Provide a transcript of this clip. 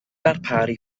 darparu